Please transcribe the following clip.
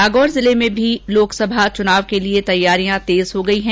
नागौर जिले में भी लोकसभा चुनाव के लिए तैयारियां तेज हो गई हैं